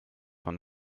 von